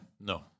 No